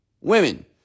women